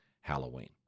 Halloween